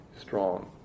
strong